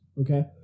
Okay